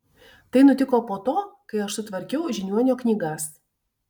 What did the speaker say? tai nutiko po to kai aš sutvarkiau žiniuonio knygas